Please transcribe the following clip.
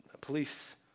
police